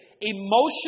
emotional